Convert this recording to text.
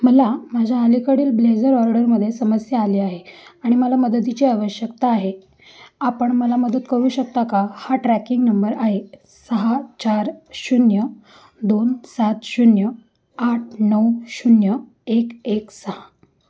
मला माझ्या अलीकडील ब्लेझर ऑर्डरमध्ये समस्या आली आहे आणि मला मदतीची आवश्यकता आहे आपण मला मदत करू शकता का हा ट्रॅकिंग नंबर आहे सहा चार शून्य दोन सात शून्य आठ नऊ शून्य एक सहा